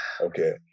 okay